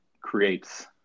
creates